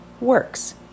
works